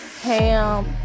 ham